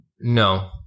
no